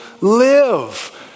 live